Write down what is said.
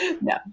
No